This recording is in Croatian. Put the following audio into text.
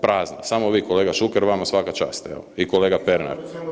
Prazna, samo vi kolega Šuker, vama svaka čast evo, i kolega Pernar.